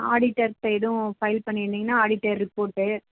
auditor சைடும் file பண்ணிருந்திங்கன்னால் auditor report